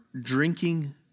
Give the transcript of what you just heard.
drinking